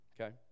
okay